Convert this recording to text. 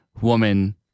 woman